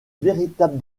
véritable